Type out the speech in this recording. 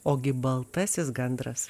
ogi baltasis gandras